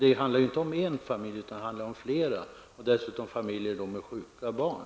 Det handlar inte om en familj utan om flera, dessutom om familjer med sjuka barn.